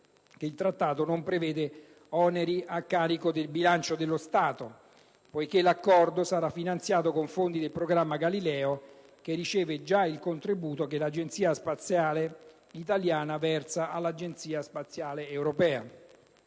il Trattato non prevede oneri a carico del bilancio dello Stato, poiché l'Accordo sarà finanziato con fondi del programma Galileo, che riceve già il contributo che l'Agenzia spaziale italiana versa all'Agenzia spaziale europea.